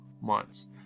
months